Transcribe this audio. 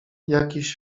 jakiś